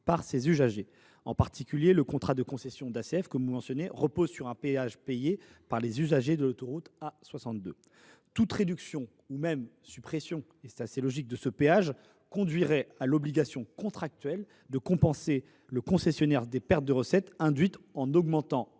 par ses usagers. En particulier, le contrat de concession d’ASF, que vous avez mentionné, repose sur un péage payé par les usagers de l’autoroute A62. Toute réduction ou suppression de ce péage conduirait, ce qui est logique, à la mise en œuvre de l’obligation contractuelle de compenser le concessionnaire des pertes de recettes induites en augmentant